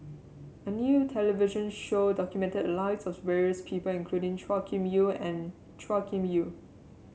a new television show documented lives of various people including Chua Kim Yeow and Chua Kim Yeow